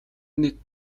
нэг